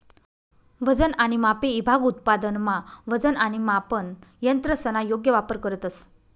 वजन आणि मापे ईभाग उत्पादनमा वजन आणि मापन यंत्रसना योग्य वापर करतंस